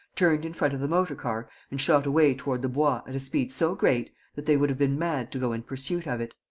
turned in front of the motor-car and shot away toward the bois at a speed so great that they would have been mad to go in pursuit of it.